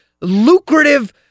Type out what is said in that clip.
lucrative